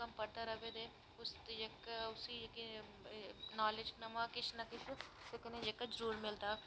पढ़दे रौह्नें बुक्कां पढ़ना अच्छा रौंह्दा जियां बंदा बुकां पढ़दा रवै ते उसी जेह्का नॉलेज नमां किश ना किश सिक्खनें गी जेह्का जरूर मिलदा ऐ